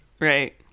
right